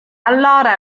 allora